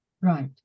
right